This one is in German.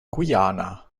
guyana